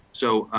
so,